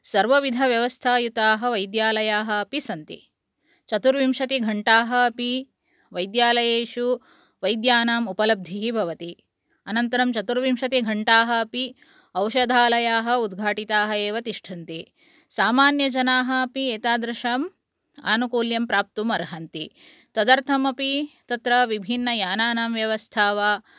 सर्वविधव्यवस्थायुताः वैद्यालयाः अपि सन्ति चतुर्विंशतिघण्टाः अपि वैद्यालयेषु वैद्यानाम् उपलब्धिः भवति अनन्तरं चतुर्विंशतिघण्टाः अपि औषधालयाः उद्घाटिताः एव तिष्ठन्ति सामान्यजनाः अपि एतादृशम् आनुकूल्यं प्राप्तुम् अर्हन्ति तदर्थम् अपि विभिन्नयानानां व्यवस्था वा